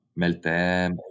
meltem